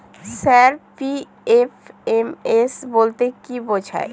Sir PFMS বলতে কি বোঝায়?